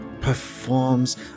performs